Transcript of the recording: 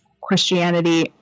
Christianity